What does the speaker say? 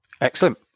Excellent